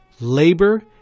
Labor